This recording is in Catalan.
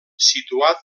situat